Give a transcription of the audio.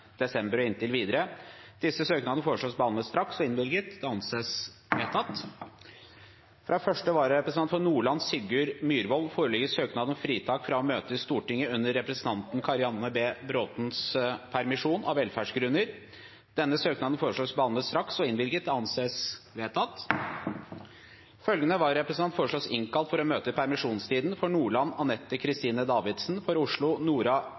desember og inntil videre Disse søknader foreslås behandlet straks og innvilget. – Det anses vedtatt. Fra første vararepresentant for Nordland, Sigurd Myrvoll, foreligger søknad om fritak fra å møte i Stortinget under representanten Karianne B. Bråthens permisjon, av velferdsgrunner. Etter forslag fra presidenten ble enstemmig besluttet: Søknaden behandles straks og innvilges. Følgende vararepresentanter innkalles for å møte i permisjonstiden: For Nordland: Anette Kristine Davidsen For Oslo: Nora